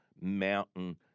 Mountain